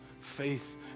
faith